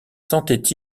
sentaient